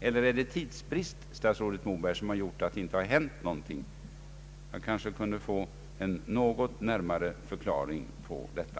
Eller är det tidsbrist som är orsak till att det inte har hänt någonting? Jag kanske kunde få en närmare förklaring till detta.